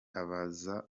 abaza